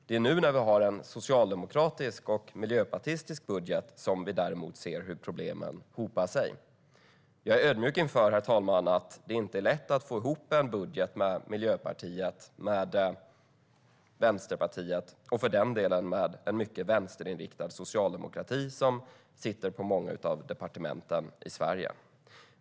Det är nu när vi har en socialdemokratisk och miljöpartistisk budget som vi däremot ser hur problemen hopar sig. Herr talman! Jag är ödmjuk inför att det inte är lätt att få ihop en budget med Miljöpartiet, Vänsterpartiet och den mycket vänsterinriktade socialdemokrati som sitter på många av Sveriges departement.